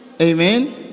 Amen